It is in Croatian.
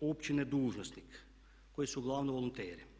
općine dužnosnik koji su uglavnom volonteri.